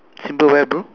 symbol where bro